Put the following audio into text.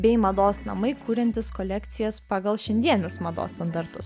bei mados namai kuriantys kolekcijas pagal šiandienius mados standartus